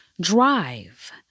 drive